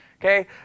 Okay